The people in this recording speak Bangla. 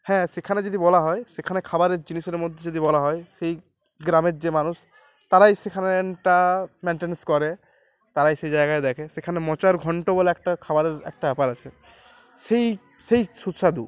হ্যাঁ সেখানে যদি বলা হয় সেখানে খাবারের জিনিসের মধ্যে যদি বলা হয় সেই গ্রামের যে মানুষ তারাই সেখানেটা মেনটেন্স করে তারাই সেই জায়গায় দেখে সেখানে মোচার ঘন্ট বলে একটা খাবারের একটা ব্যাপার আছে সেই সেই সুস্বাদু